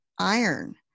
iron